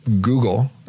Google